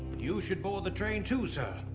you should board the train too, sir.